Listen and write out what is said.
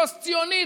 פוסט-ציונית,